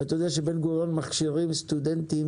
ואתה יודע שבן גוריון מכשירים סטודנטים